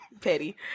Petty